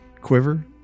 Quiver